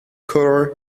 collar